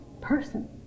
person